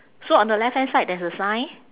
so on the left hand side there's a sign